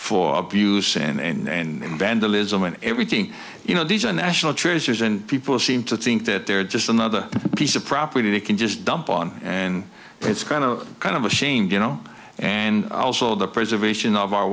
abuse and vandalism and everything you know these are national treasures and people seem to think that they're just another piece of property they can just dump on and it's kind of kind of ashamed you know and also the preservation of our